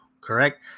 correct